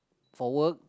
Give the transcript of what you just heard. for work